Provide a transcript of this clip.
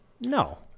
No